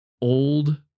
old